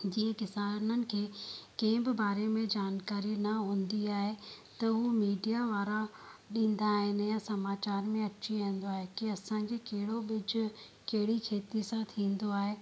जीअं किसाननि खे कंहिं बि बारे में जानकारी न हूंदी आहे त हू मीडिया वारा ॾींदा आहिनि या समाचार में अची वेंदो आहे की असांजे कहिड़ो ॿिज कहिड़ी खेती सां थींदो आहे